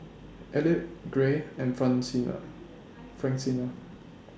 Elliot Gray and Francina Francina